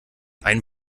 ein